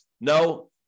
No